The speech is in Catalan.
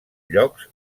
llocs